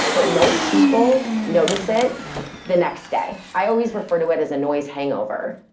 but most people notice it the next day. i always refer to it as a noise hangover.